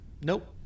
Nope